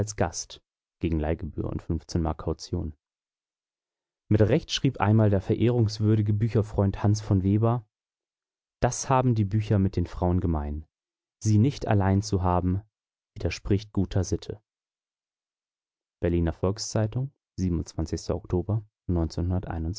mit recht schrieb einmal der verehrungswürdige bücherfreund hans v weber das haben die bücher mit den frauen gemein sie nicht allein zu haben widerspricht guter sitte berliner volks-zeitung